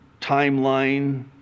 timeline